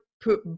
put